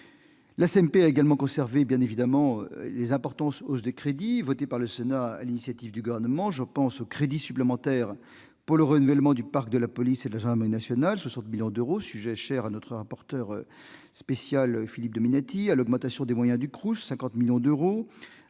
La CMP a également conservé, bien évidemment, les importantes hausses de crédits votées par le Sénat, sur l'initiative du Gouvernement. Je pense aux crédits supplémentaires pour le renouvellement du parc automobile de la police et de la gendarmerie nationales, à hauteur de 60 millions d'euros- sujet cher à notre rapporteur spécial Philippe Dominati. Je pense également à l'augmentation des moyens des Crous, pour 50 millions d'euros,